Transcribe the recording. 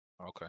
Okay